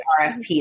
rfp